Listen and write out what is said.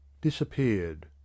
disappeared